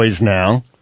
now